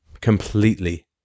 completely